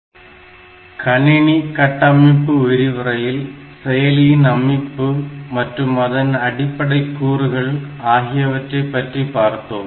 Basic 8085 Microprocessors கணினி கட்டமைப்பு விரிவுரையில் செயலியின் அமைப்பு மற்றும் அதன் அடிப்படைக் கூறுகள் ஆகியவற்றைப் பற்றி பார்த்தோம்